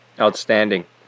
Outstanding